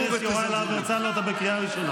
קריאה ראשונה.